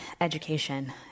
education